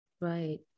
Right